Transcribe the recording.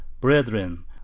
Brethren